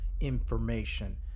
information